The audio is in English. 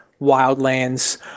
Wildlands